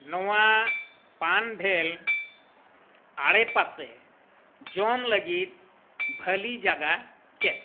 ᱱᱚᱣᱟ ᱯᱟᱱ ᱰᱷᱮᱞ ᱟᱰᱮᱯᱟᱥᱮ ᱡᱚᱢ ᱞᱟᱹᱜᱤᱫ ᱵᱷᱟᱹᱞᱤ ᱡᱟᱭᱜᱟ ᱪᱮᱫ